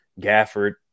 Gafford